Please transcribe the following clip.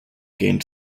gained